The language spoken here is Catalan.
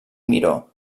miró